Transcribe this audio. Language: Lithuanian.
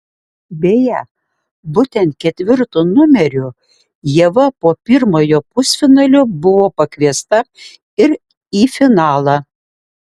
beje būtent ketvirtu numeriu ieva po pirmojo pusfinalio buvo pakviesta ir į finalą